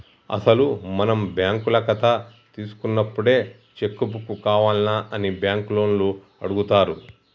అసలు మనం బ్యాంకుల కథ తీసుకున్నప్పుడే చెక్కు బుక్కు కావాల్నా అని బ్యాంకు లోన్లు అడుగుతారు